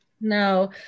No